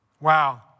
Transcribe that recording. Wow